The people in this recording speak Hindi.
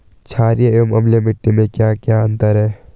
छारीय एवं अम्लीय मिट्टी में क्या क्या अंतर हैं?